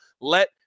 let